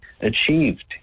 achieved